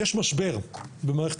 יש מדבר במערכת